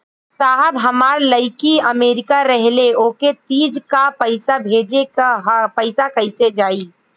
साहब हमार लईकी अमेरिका रहेले ओके तीज क पैसा भेजे के ह पैसा कईसे जाई?